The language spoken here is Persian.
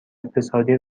اقتصادی